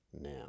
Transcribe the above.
now